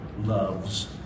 loves